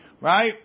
Right